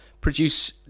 produce